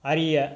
அறிய